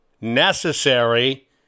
necessary